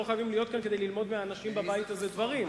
לא חייבים להיות כאן כדי ללמוד מאנשים בבית הזה דברים.